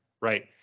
right